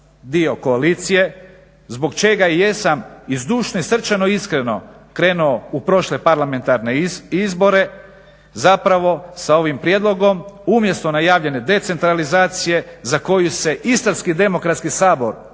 dio koalicije zbog čega i jesam i zdušno i srčano i iskreno krenuo u prošle parlamentarne izbore zapravo sa ovim prijedlogom umjesto najavljene decentralizacije za koju se Istarski demokratski sabor od